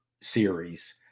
series